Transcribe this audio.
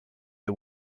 the